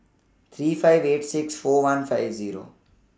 three five eight six four one five Zero